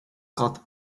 cut